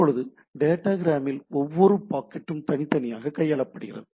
இப்போது டேட்டாகிராம் இல் ஒவ்வொரு பாக்கெட்டும் தனித்தனியாக கையாளப்படுகின்றன